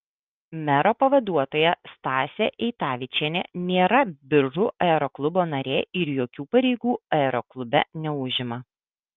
mero pavaduotoja stasė eitavičienė nėra biržų aeroklubo narė ir jokių pareigų aeroklube neužima